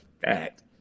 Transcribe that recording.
fact